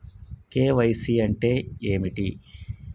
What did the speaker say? KYC అంటే ఏమిటి?